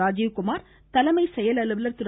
ராஜிவ்குமார் தலைமை செயல் அலுவலர் திரு